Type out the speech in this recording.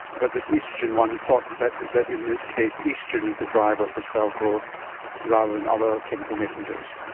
but this oestrogen one is thought, that that in this case oestrogen is the driver for cell growth rather than other chemical messengers.